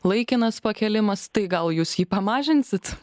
laikinas pakėlimas tai gal jūs jį pamažinsit